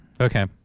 Okay